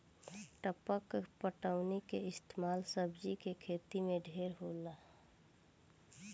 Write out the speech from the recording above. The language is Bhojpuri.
टपक पटौनी के इस्तमाल सब्जी के खेती मे ढेर होला